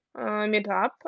meetup